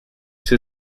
two